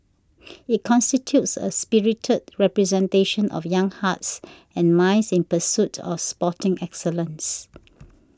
it constitutes a spirited representation of young hearts and minds in pursuit of sporting excellence